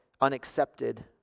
unaccepted